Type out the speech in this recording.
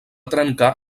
trencar